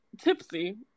tipsy